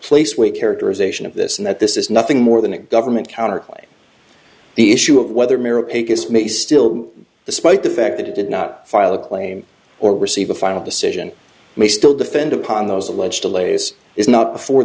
place way characterization of this and that this is nothing more than a government countered by the issue of whether merit pay case may still despite the fact that it did not file a claim or receive a final decision may still defend upon those alleged delays is not befor